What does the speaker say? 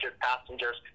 passengers